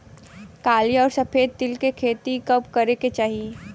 काली अउर सफेद तिल के खेती कब करे के चाही?